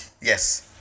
Yes